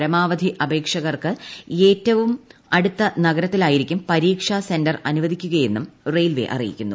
പരമാവധി അപേക്ഷകർക്ക് അവരുടെ ഏറ്റവും അടുത്ത നഗരത്തിലായിരിക്കും പരീക്ഷ സെന്റർ അനുവദിക്കുകയെന്ന് റെയിൽവേ അറിയിക്കുന്നു